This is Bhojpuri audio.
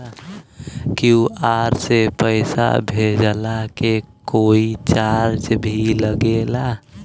क्यू.आर से पैसा भेजला के कोई चार्ज भी लागेला?